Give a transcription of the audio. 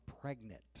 pregnant